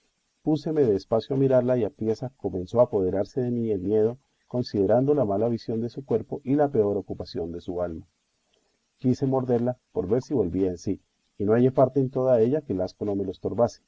púseme de espacio a mirarla y apriesa comenzó a apoderarse de mí el miedo considerando la mala visión de su cuerpo y la peor ocupación de su alma quise morderla por ver si volvía en sí y no hallé parte en toda ella que el